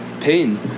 pain